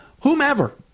whomever